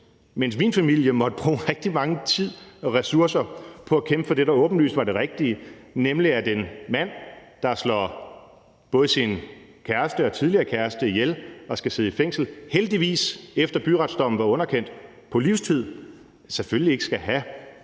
mens min familie måtte bruge rigtig meget tid og mange ressourcer på at kæmpe for det, der åbenlyst var det rigtige, nemlig at en mand, der slår både sin kæreste og tidligere kæreste ihjel og heldigvis skal sidde i fængsel, efter at byretsdommen var underkendt, på livstid, selvfølgelig ikke skal have